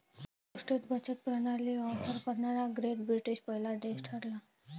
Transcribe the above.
postage बचत प्रणाली offer करणारा ग्रेट ब्रिटन पहिला देश ठरला